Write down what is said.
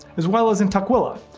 as well as in tukwila,